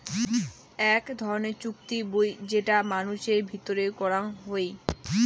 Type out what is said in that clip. আক ধরণের চুক্তি বুই যেটো মানুষের ভিতরে করাং হউ